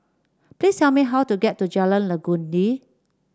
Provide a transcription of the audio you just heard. please tell me how to get to Jalan Legundi